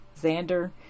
Xander